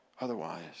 otherwise